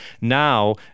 Now